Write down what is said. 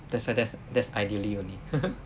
that's why that's that's ideally only